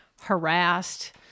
harassed